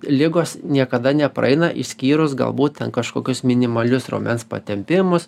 ligos niekada nepraeina išskyrus galbūt ten kažkokius minimalius raumens patempimus